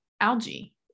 algae